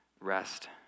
rest